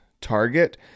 target